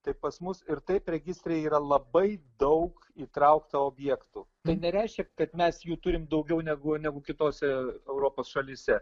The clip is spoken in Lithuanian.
tai pas mus ir taip registre yra labai daug įtraukta objektų tai nereiškia kad mes jų turim daugiau negu negu kitose europos šalyse